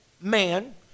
man